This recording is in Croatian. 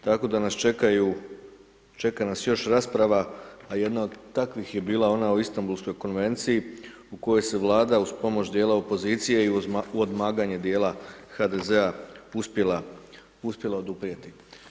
Tako da nas čekaju, čeka nas još rasprava, a jedna od takvih je bila ona o Istambulskoj konvenciji, u kojoj se Vlada uz pomoć dijela opozicije, i uz odmaganje dijela HDZ-a, uspjela, uspjela oduprijeti.